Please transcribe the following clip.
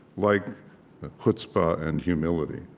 like chutzpah and humility,